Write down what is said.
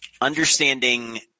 understanding